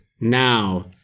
now